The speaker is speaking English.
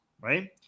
right